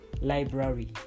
library